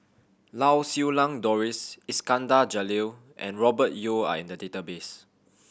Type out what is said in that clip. Lau Siew Lang Doris Iskandar Jalil and Robert Yeo are in the database